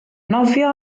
nofio